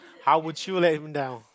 how would you let him down